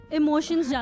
emotions